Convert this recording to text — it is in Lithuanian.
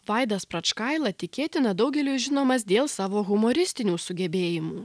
vaidas pračkaila tikėtina daugeliui žinomas dėl savo humoristinių sugebėjimų